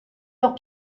leurs